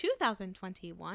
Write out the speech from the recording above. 2021